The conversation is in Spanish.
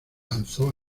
lanzó